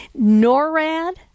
NORAD